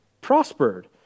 prospered